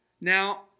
Now